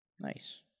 Nice